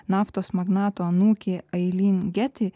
naftos magnato anūkė ailyn geti